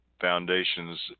foundations